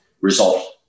result